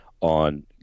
On